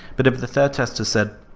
but if the third tester said,